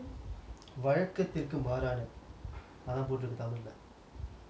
வழக்கத்திற்கு மாறு அதான் போட்டு இருக்கு:valakkathirku maaru athaan potu irukku tamil leh